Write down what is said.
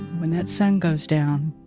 when that sun goes down,